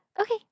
Okay